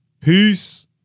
peace